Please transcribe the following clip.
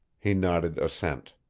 he nodded assent.